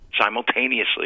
simultaneously